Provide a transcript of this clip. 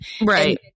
Right